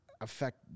affect